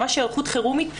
ממש היערכות חירומית.